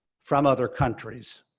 from other countries.